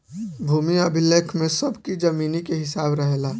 भूमि अभिलेख में सबकी जमीनी के हिसाब रहेला